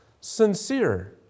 sincere